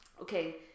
Okay